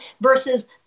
versus